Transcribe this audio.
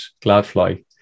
Gladfly